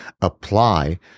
apply